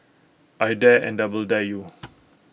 I dare and double dare you